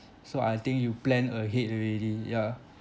so I think you planned ahead already ya